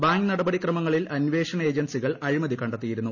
bank നട്പടി ക്രമങ്ങളിൽ അന്വേഷണ ഏജൻസികൾ അഴിമതി കണ്ടെത്തിയിരുന്നു